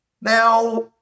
Now